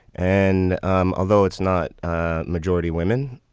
and um although it's not ah majority women,